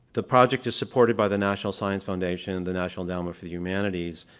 the project is supported by the national science foundation, the national endowment for the humanities,